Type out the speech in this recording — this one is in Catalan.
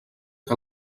que